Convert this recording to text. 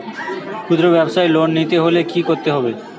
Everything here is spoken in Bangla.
খুদ্রব্যাবসায় লোন নিতে হলে কি করতে হবে?